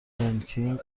رنکینگ